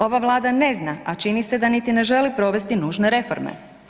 Ova Vlada ne zna, a čini se da niti ne želi provesti nužne reforme.